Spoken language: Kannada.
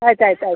ಆಯ್ತು ಆಯ್ತು ಆಯ್ತು